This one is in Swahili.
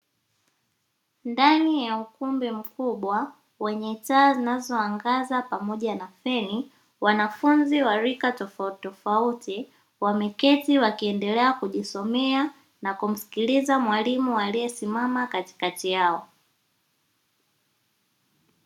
Ndani ya ukumbi mkubwa wenye taa zinazoangaza pamoja na feni, wanafunzi wa rika tofautitofauti wameketi wakiendelea kujisomea na kumsikiliza mwalimu aliyesimama katikati yao.